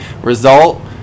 Result